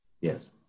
Yes